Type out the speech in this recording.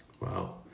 Wow